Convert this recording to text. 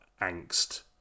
angst